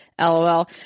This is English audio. LOL